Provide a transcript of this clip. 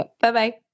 Bye-bye